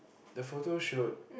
the photo shoot